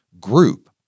group